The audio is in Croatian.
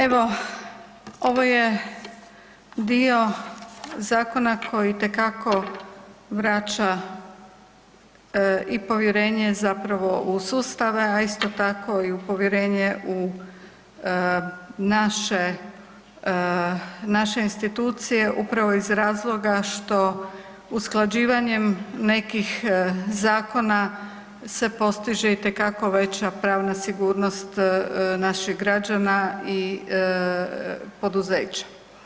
Evo, ovo je dio zakona koji itekako vraća i povjerenje zapravo u sustave, a isto tako i u povjerenje u naše, naše institucije upravo iz razloga što usklađivanjem nekih zakona se postiže itekako veća pravna sigurnost naših građana i poduzeća.